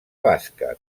bàsquet